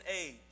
age